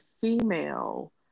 female